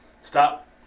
stop